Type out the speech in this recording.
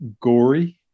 gory